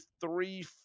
three